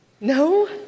No